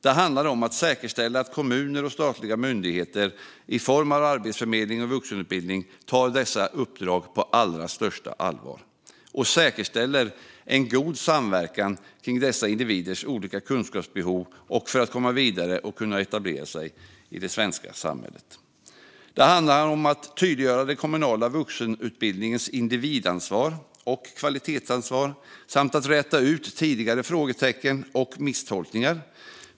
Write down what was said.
Det handlar om att säkerställa att kommuner och statliga myndigheter i form av Arbetsförmedlingen och vuxenutbildning tar dessa uppdrag på allra största allvar och säkerställer en god samverkan kring dessa individers olika kunskapsbehov för att komma vidare och kunna etablera sig i det svenska samhället. Det handlar om att tydliggöra den kommunala vuxenutbildningens individansvar och kvalitetsansvar samt att räta ut tidigare frågetecken och misstolkningar.